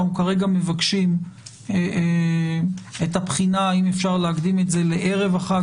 אנחנו כרגע מבקשים את הבחינה אם אפשר להקדים את זה לערב החג.